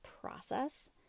process